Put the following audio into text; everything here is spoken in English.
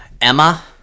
Emma